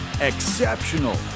Exceptional